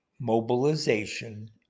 mobilization